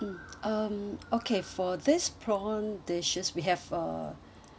mm um okay for this prawn dishes we have uh